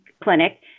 Clinic